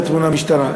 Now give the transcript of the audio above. והתמונה משתנה.